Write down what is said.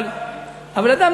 אבל אדם,